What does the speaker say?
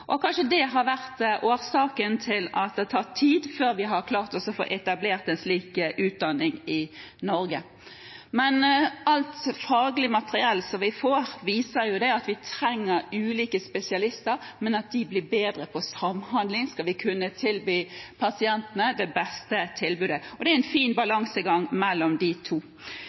og at det kanskje har vært årsaken til at det tar tid før vi klarer å få etablert en slik utdanning i Norge. Men alt faglig materiell som vi får, viser at vi trenger ulike spesialister, men at de må bli bedre på samhandling om vi skal kunne gi pasientene det beste tilbudet. Og det er en fin